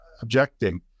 objecting